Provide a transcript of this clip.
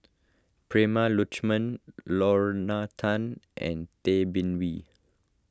Prema Letchumanan Lorna Tan and Tay Bin Wee